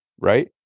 right